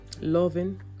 loving